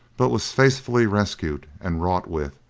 but was faithfully rescued and wrought with,